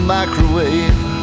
microwave